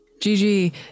Gigi